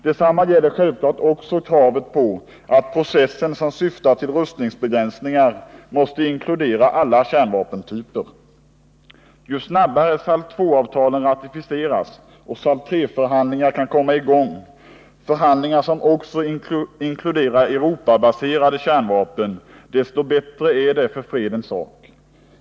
Detsamma gäller självklart också kravet på att processen som syftar till rustningsbegränsningar måste inkludera alla kärnvapentyper. Ju snabbare SALT II-avtalet ratificeras och SALT III-förhandlingar kan komma i gång, förhandlingar som också inkluderar Europabaserade kärnvapen, desto bättre är det för fredens sak.